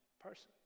person